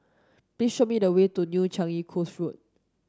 please show me the way to New Changi Coast Road